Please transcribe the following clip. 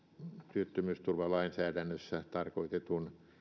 työttömyysturvalainsäädännössä tarkoitetun